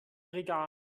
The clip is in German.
regalen